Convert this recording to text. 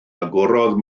agorodd